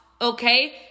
Okay